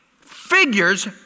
figures